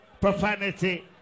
profanity